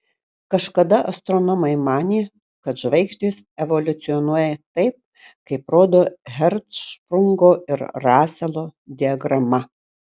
kažkada astronomai manė kad žvaigždės evoliucionuoja taip kaip rodo hercšprungo ir raselo diagrama